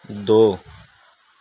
دو